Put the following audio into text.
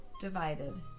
divided